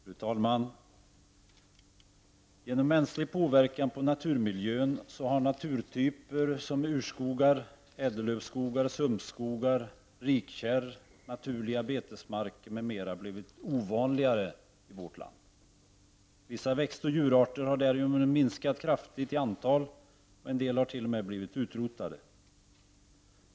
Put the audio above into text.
Fru talman! Genom mänsklig påverkan på naturmiljön har naturtyper som urskogar, ädellövskogar, sumpskogar, rikkärr, naturliga betesmarker m.m. blivit ovanligare i vårt land. Vissa växtoch djurarter har därigenom minskat kraftigt i antal, och en del har t.o.m. blivit utrotade.